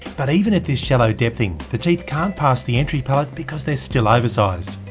but even at this shallow depthing the teeth can't pass the entry pallet because they're still oversized.